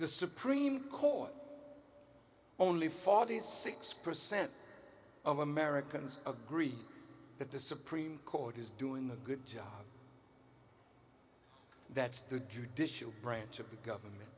the supreme court only forty six percent of americans agree that the supreme court is doing a good job that's the judicial branch of the government